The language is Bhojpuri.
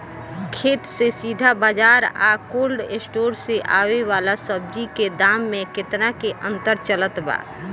खेत से सीधा बाज़ार आ कोल्ड स्टोर से आवे वाला सब्जी के दाम में केतना के अंतर चलत बा?